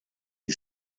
die